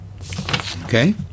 Okay